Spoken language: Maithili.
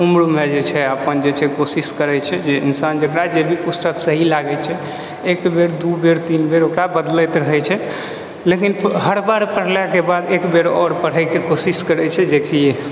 उम्रमे जे छै अपन जे छै कोशिश करै छै जे इंसान जकरा यदि पुस्तक सही लागै छै एक बेर दू बेर तीन बेर ओकरा बदलैत रहै छै लेकिन हर बार पढ़लाके बाद एकबेर आओर पढ़ेके कोशिश करै छै जेकि